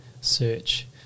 search